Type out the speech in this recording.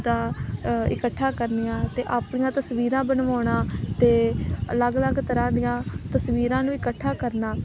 ਦਾ ਇਕੱਠਾ ਕਰਨੀਆਂ ਅਤੇ ਆਪਣੀਆਂ ਤਸਵੀਰਾਂ ਬਣਵਾਉਣਾ ਅਤੇ ਅਲੱਗ ਅਲੱਗ ਤਰ੍ਹਾਂ ਦੀਆਂ ਤਸਵੀਰਾਂ ਨੂੰ ਇਕੱਠਾ ਕਰਨਾ